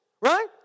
right